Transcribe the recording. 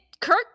Kirk